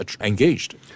engaged